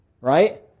right